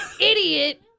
idiot